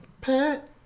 pet